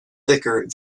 thicker